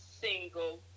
single